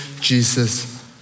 Jesus